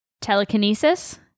telekinesis